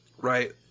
Right